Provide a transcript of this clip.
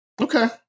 Okay